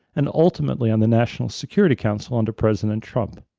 and ultimately, on the national security council under president trump.